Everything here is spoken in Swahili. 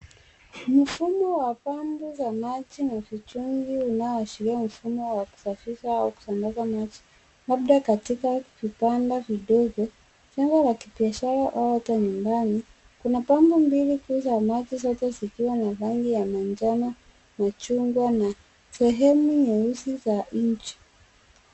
Mfumo wa pande za maji na vichungi unaoashiria mfumo wa kusafisha au kusambaza maji, labda katika vibanda vidogo, jengo la kibiashara au hata nyumbani. Kuna bango mbili kuu za maji, zote zikiwa na rangi ya manjano, machungwa na sehemu nyeusi za nchi.